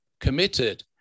committed